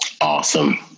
Awesome